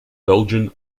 belgian